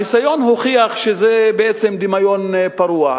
הניסיון מוכיח שזה בעצם דמיון פרוע.